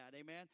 Amen